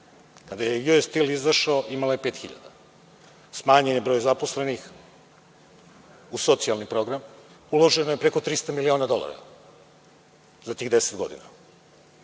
Kada je US Steel izašao imala je 5.000. Smanjen je broj zaposlenih uz socijalni program, uloženo je preko 300 miliona dolara za tih deset godina.